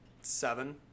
seven